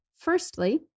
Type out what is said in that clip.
Firstly